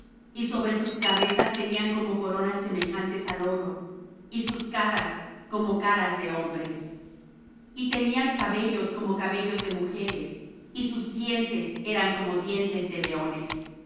y sobre sus cabezas tenían como coronas semejantes al oro y sus caras como caras de hombres y tenían cabellos como cabellos de mujeres y sus dientes eran como dientes de leones